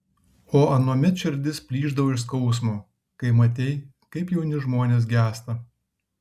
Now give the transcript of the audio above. o anuomet širdis plyšdavo iš skausmo kai matei kaip jauni žmonės gęsta